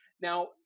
Now